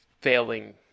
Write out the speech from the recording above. failing